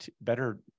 better